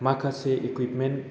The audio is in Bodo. माखासे इकुइफमेन्ट